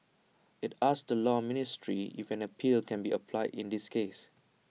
IT asked the law ministry if an appeal can be applied in this case